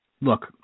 look